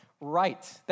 right